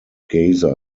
gaza